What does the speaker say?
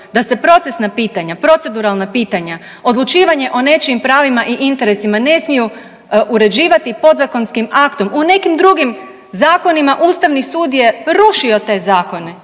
da se procesna pitanja, proceduralna pitanja, odlučivanje o nečijim pravima i interesima ne smiju uređivati podzakonskim aktom. U nekim drugim zakonima Ustavni sud je rušio te zakone